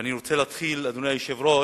אני רוצה להתחיל, אדוני היושב-ראש.